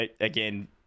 again